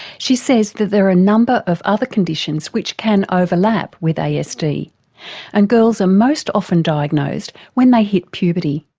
she says that there are a number of other conditions which can overlap with ah asd, and girls are most often diagnosed when they hit puberty.